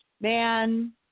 man